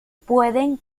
pueden